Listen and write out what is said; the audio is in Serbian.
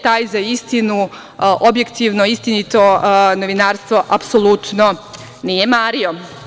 Taj za istinu, objektivno, istinito novinarstvo apsolutno nije mario.